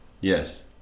Yes